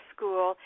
School